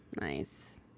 Nice